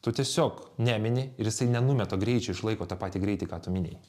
tu tiesiog nemini ir jisai nenumeta greičio išlaiko tą patį greitį ką tu minėjai